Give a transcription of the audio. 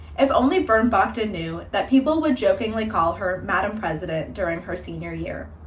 if only burnt bahkta knew that people would jokingly call her madam president during her senior year.